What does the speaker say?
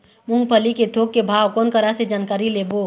मूंगफली के थोक के भाव कोन करा से जानकारी लेबो?